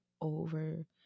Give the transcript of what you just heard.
over